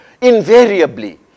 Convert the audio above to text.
invariably